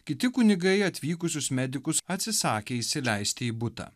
kiti kunigai atvykusius medikus atsisakė įsileisti į butą